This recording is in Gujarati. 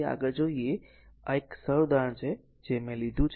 તેથી આગળ જોઈએ આ એક સરળ ઉદાહરણ છે જે મેં લીધું